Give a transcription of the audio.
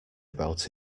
about